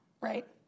right